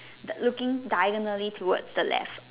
the looking diagonally towards the left